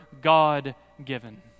God-given